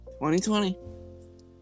2020